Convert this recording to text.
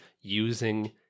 using